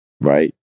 right